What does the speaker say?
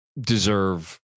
deserve